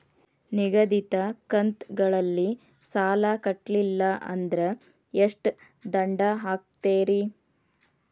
ನಿಗದಿತ ಕಂತ್ ಗಳಲ್ಲಿ ಸಾಲ ಕಟ್ಲಿಲ್ಲ ಅಂದ್ರ ಎಷ್ಟ ದಂಡ ಹಾಕ್ತೇರಿ?